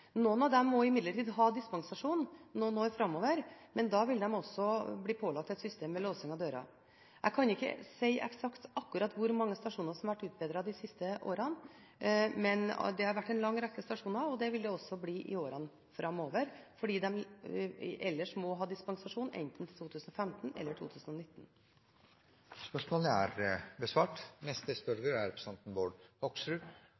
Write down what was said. Noen av disse må imidlertid ha dispensasjon noen år framover, men da blir man også pålagt et system med låsing av dører. Jeg kan ikke si eksakt hvor mange stasjoner som har blitt utbedret de siste årene, men det har vært en lang rekke stasjoner. Det vil det også bli i årene framover, for ellers må man ha dispensasjon enten til 2015 eller til 2019. «Sikkerhet er